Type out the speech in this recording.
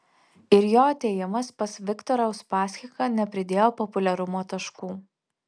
ir jo atėjimas pas viktorą uspaskichą nepridėjo populiarumo taškų